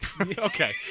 Okay